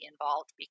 involved